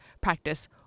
practice